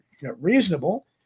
reasonable